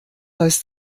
heißt